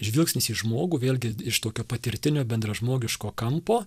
žvilgsnis į žmogų vėlgi iš tokio patirtinio bendražmogiško kampo